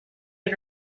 and